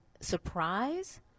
Surprise